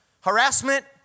harassment